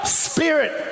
spirit